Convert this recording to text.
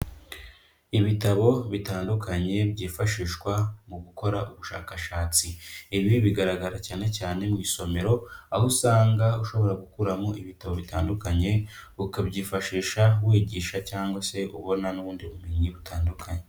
Ibitabo bitandukanye byifashishwa mu gukora ubushakashatsi. Ibi bigaragara cyane cyane mu isomero, aho usanga ushobora gukuramo ibitabo bitandukanye, ukabyifashisha wigisha cyangwa se ubona n'ubundi bumenyi butandukanye.